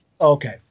Okay